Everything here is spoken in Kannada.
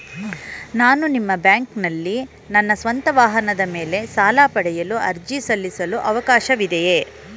ನಾನು ನಿಮ್ಮ ಬ್ಯಾಂಕಿನಲ್ಲಿ ನನ್ನ ಸ್ವಂತ ವಾಹನದ ಮೇಲೆ ಸಾಲ ಪಡೆಯಲು ಅರ್ಜಿ ಸಲ್ಲಿಸಲು ಅವಕಾಶವಿದೆಯೇ?